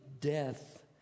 death